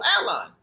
allies